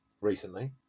recently